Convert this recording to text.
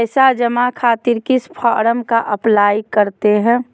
पैसा जमा खातिर किस फॉर्म का अप्लाई करते हैं?